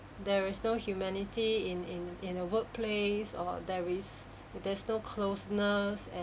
there is no humanity in in in a workplace or there is there's no closeness and